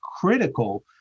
critical